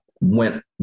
went